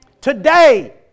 Today